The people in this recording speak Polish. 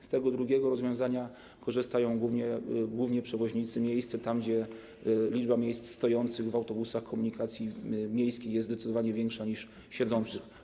Z tego drugiego rozwiązania korzystają głównie przewoźnicy miejscy, tam gdzie liczba miejsc stojących w autobusach komunikacji miejskiej jest zdecydowanie większa niż siedzących.